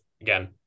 again